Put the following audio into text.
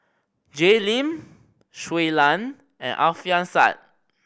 Jay Lim Shui Lan and Alfian Sa'at